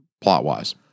plot-wise